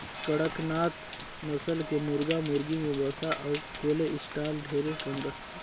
कड़कनाथ नसल के मुरगा मुरगी में वसा अउ कोलेस्टाल ढेरे कम रहथे